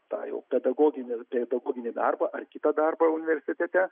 tą jau pedagoginį pedagoginį darbą ar kitą darbą universitete